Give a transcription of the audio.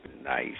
Nice